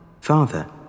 Father